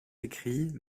écrits